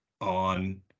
on